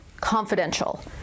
confidential